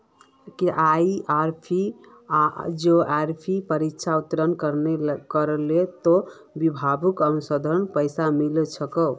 JRF परीक्षा उत्तीर्ण करले त विभाक अनुसंधानेर पैसा मिल छेक